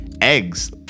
eggs